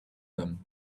them